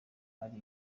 ari